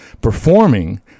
performing